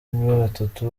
batatu